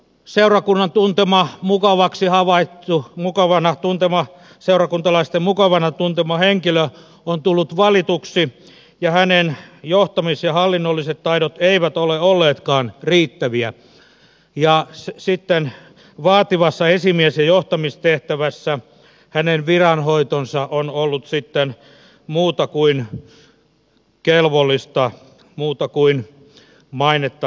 seurakunnan tuntemaan mukavaksi havaittu niin että seurakuntalaisten mukavaksi tuntema henkilö on tullut valituksi mutta hänen johtamis ja hallinnolliset taitonsa eivät ole olleetkaan riittäviä ja sitten vaativassa esimies ja johtamistehtävässä hänen viranhoitonsa on ollut muuta kuin kelvollista muuta kuin mainetta herättävää